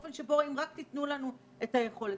אם רק תיתנו לנו את היכולת.